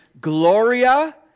Gloria